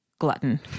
glutton